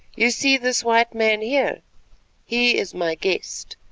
you see this white man here he is my guest,